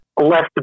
Left